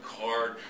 card